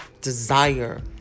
desire